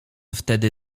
wtedy